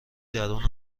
درون